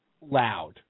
loud